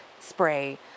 spray